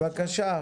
בבקשה.